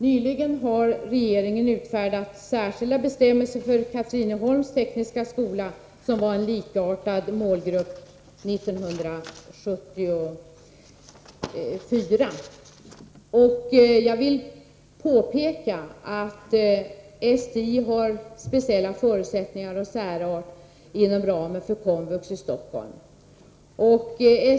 Nyligen har regeringen utfärdat särskilda bestämmelser för Katrineholms tekniska skola, som hade en likartad målgrupp 1974. Jag vill påpeka att verksamheten vid STI, med sina speciella förutsättningar och sin särart, kan bedrivas inom ramen för komvux i Stockholm.